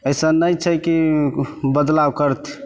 अइसन नहि छै कि ओ बदलाव करथिन